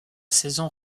saison